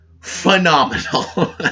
phenomenal